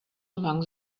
among